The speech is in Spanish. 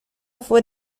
fue